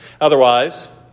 Otherwise